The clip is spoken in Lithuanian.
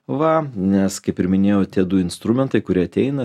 va nes kaip ir minėjau tie du instrumentai kurie ateina